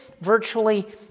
virtually